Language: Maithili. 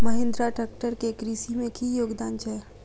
महेंद्रा ट्रैक्टर केँ कृषि मे की योगदान छै?